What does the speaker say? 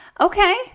Okay